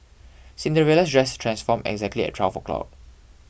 Cinderella's dress transformed exactly at twelve o' clock